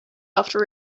after